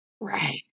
Right